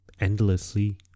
endlessly